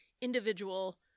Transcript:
individual